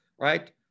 right